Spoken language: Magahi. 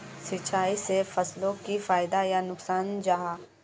सिंचाई से फसलोक की फायदा या नुकसान जाहा?